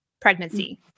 pregnancy